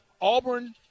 Auburn